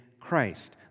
Christ